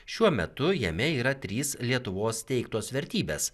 šiuo metu jame yra trys lietuvos teiktos vertybės